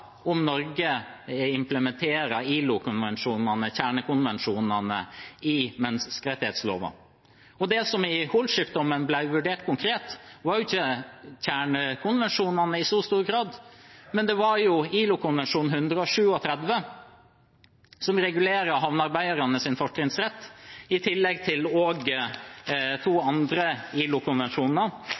om Norge implementerer ILOs kjernekonvensjoner i menneskerettsloven. Det som i Holship-dommen ble vurdert konkret, var ikke kjernekonvensjonene i så stor grad, det var ILO-konvensjon nr. 137, som regulerer havnearbeidernes fortrinnsrett, i tillegg til to andre